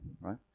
Right